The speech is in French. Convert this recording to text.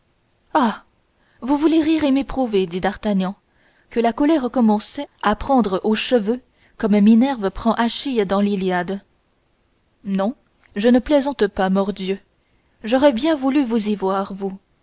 vous voulez rire et m'éprouver dit d'artagnan que la colère commençait à prendre aux cheveux comme minerve prend achille dans l'iliade non je ne plaisante pas mordieu j'aurais bien voulu vous y voir vous